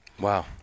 Wow